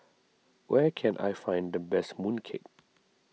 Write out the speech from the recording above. where can I find the best Mooncake